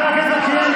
תתבייש לך.